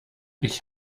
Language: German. ich